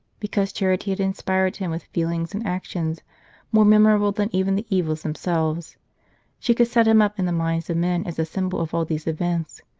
because charity had inspired him with feelings and actions more memorable than even the evils themselves she could set him up in the minds of men as a symbol of all these events,